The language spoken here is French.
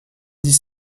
dix